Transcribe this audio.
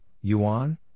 Yuan